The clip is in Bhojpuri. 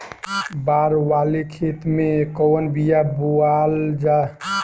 बाड़ वाले खेते मे कवन बिया बोआल जा?